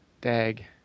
dag